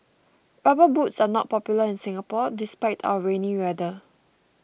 rubber boots are not popular in Singapore despite our rainy weather